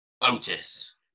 Otis